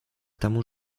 тому